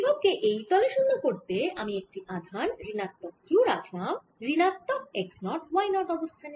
বিভব কে এই তলে শুন্য করতে আমি একটি আধান ঋণাত্মক q রাখলাম ঋণাত্মক x নট y নট অবস্থানে